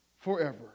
forever